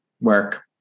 Work